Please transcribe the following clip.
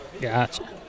gotcha